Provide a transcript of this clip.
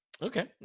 Okay